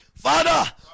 Father